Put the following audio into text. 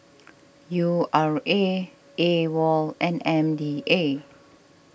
U R A Awol and M D A